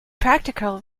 practical